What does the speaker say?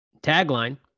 Tagline